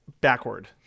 Backward